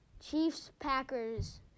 Chiefs-Packers